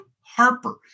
Harper